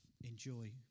enjoy